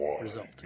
result